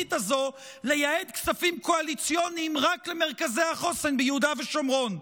המשיחית הזאת לייעד כספים קואליציוניים רק למרכזי החוסן ביהודה ושומרון,